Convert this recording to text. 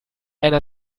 einer